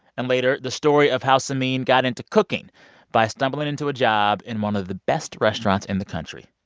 and later, the story of how samin got into cooking by stumbling into a job in one of the best restaurants in the country.